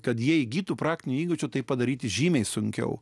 kad jie įgytų praktinių įgūdžių tai padaryti žymiai sunkiau